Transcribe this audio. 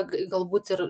galbūt ir